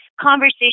conversation